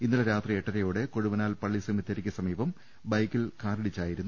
ഇന്നലെ രാത്രി എട്ടര യോടെ കൊഴുവനാൽ പള്ളി സെമിത്തേരിക്കു സമീപം ബൈക്കിൽ കാറി ടിച്ചായിരുന്നു മരണം